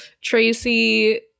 Tracy